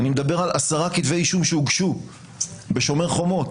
אני מדבר על עשרה כתבי אישום שהוגשו בשומר חומות.